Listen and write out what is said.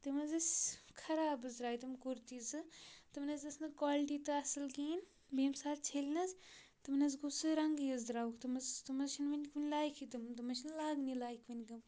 تِم حظ ٲسۍ خراب حظ درٛاے تِم کُرتی زٕ تِمَن حظ ٲس نہٕ کالٹی تہٕ اَصٕل کِہیٖنۍ بیٚیہِ ییٚمہِ ساتہٕ چھٔلۍ نہ حظ تمَن حظ گوٚو سُہ رنٛگٕے حظ درٛاوُکھ تم حظ تم حظ چھِنہٕ وٕنۍ کُنہِ لایقکے تم تم حظ چھِنہٕ لاگنی لایق وٕنہِ گٔمٕتۍ